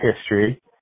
history